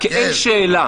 -- כי אין שאלה